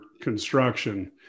construction